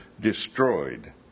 destroyed